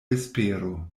vespero